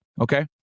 Okay